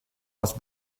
watch